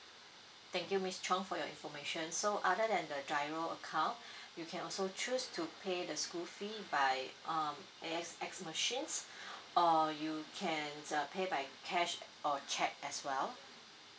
thank you miss chong for your information so other than the G_I_R_O account you can also choose to pay the school fee by um A_X_S machines uh you can uh pay by cash and or cheque as well